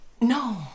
No